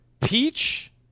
peach